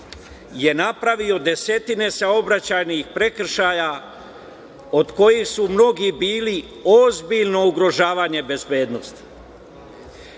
je napravio desetine saobraćajnih prekršaja od kojih su mnogi bili ozbiljno ugrožavanje bezbednosti.